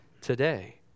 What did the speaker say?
today